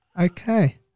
Okay